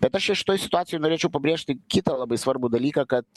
bet aš čia šitoj situacijoj norėčiau pabrėžti kitą labai svarbų dalyką kad